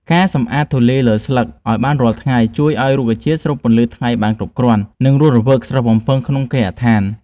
ការសម្អាតធូលីលើស្លឹកឱ្យបានរាល់ថ្ងៃជួយឱ្យរុក្ខជាតិស្រូបពន្លឺថ្ងៃបានគ្រប់គ្រាន់ និង រស់រវើកស្រស់បំព្រងក្នុងគេហដ្ឋាន។